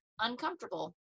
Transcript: Uncomfortable